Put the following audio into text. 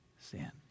sin